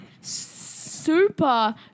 Super